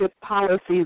policies